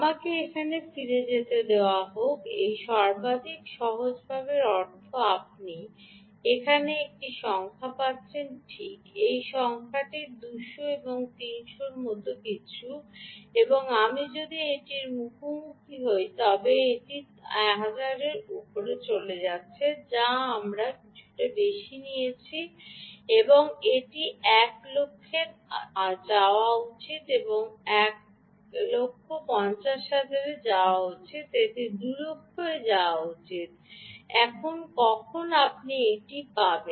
আমাকে এখানে ফিরে যেতে দাও এই সর্বাধিক সহজভাবে এর অর্থ আপনি এখানে একটি সংখ্যা পাচ্ছেন ঠিক এই সংখ্যাটি 200 300 এর মতো কিছু এবং আমি যদি এটির মুখোমুখি হই তবে এটি 1000 এর উপরে চলে যাচ্ছে যা আমরা কিছুটা বেশি বলেছি এটি 100000 এ যাওয়া উচিত এটি 150000 এ যাওয়া উচিত এটি 200000 এ যাওয়া উচিত এবং কখন আপনি এটি পাবেন